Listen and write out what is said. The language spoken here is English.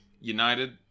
United